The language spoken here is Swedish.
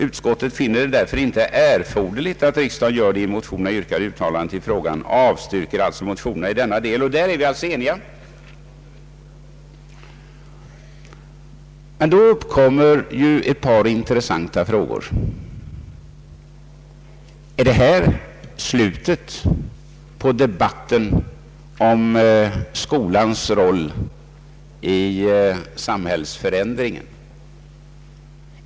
Utskottet finner det därför inte erforderligt att riksdagen gör de i motionerna yrkade uttalandena och avstyrker motionerna i denna del. Där är vi alltså eniga. Men då uppkommer ju ett par intrestanta frågor. Är detta slutet på debatten om skolans roll i samhällsförändringen?